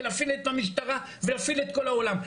את המשטרה ולהפעיל את כל העולם.